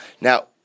now